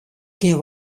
kin